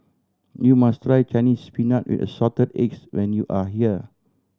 you must try Chinese Spinach with Assorted Eggs when you are here